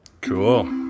Cool